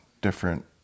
different